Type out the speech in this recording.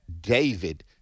David